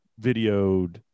videoed